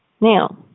Now